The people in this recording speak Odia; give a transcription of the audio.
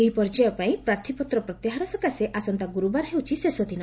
ଏହି ପର୍ଯ୍ୟାୟ ପାଇଁ ପ୍ରାର୍ଥୀପତ୍ର ପ୍ରତ୍ୟାହାର ସକାଶେ ଆସନ୍ତା ଗୁରୁବାର ହେଉଛି ଶେଷ ଦିନ